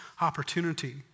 opportunity